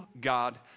God